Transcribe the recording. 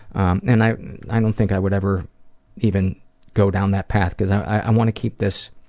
um and i i don't think i would ever even go down that path because i want to keep this